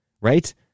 right